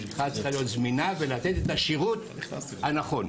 משגיחה צריכה להיות זמינה ולתת את השירות הנכון.